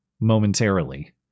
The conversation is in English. momentarily